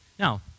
Now